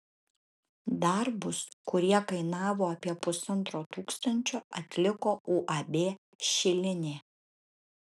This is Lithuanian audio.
darbus kurie kainavo apie pusantro tūkstančio atliko uab šilinė